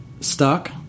stuck